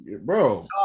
Bro